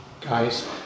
guys